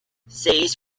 says